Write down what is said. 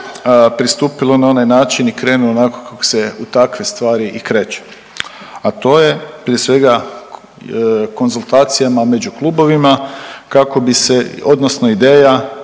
pristupila na onaj način i krenula onako kako se u takve stvari i kreće, a to je prije svega konzultacijama među klubovima kako bi se odnosno ideja